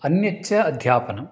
अन्यच्च अध्यापनम्